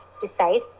decide